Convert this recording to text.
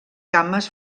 cames